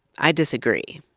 i disagree.